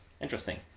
interesting